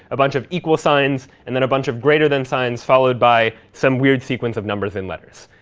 a bunch of equal signs, and then a bunch of greater than signs, followed by some weird sequence of numbers and letters.